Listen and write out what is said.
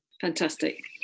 fantastic